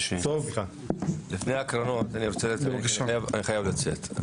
לפני הקרנות כי אני חייב לצאת.